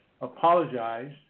apologized